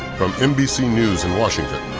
from nbc news in washington,